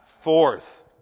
fourth